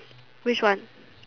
which one